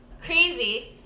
crazy